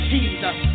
Jesus